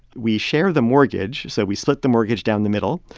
we share the mortgage, so we split the mortgage down the middle.